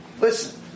listen